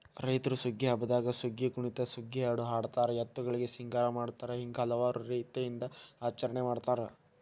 ರೈತ್ರು ಸುಗ್ಗಿ ಹಬ್ಬದಾಗ ಸುಗ್ಗಿಕುಣಿತ ಸುಗ್ಗಿಹಾಡು ಹಾಡತಾರ ಎತ್ತುಗಳಿಗೆ ಸಿಂಗಾರ ಮಾಡತಾರ ಹಿಂಗ ಹಲವಾರು ರೇತಿಯಿಂದ ಆಚರಣೆ ಮಾಡತಾರ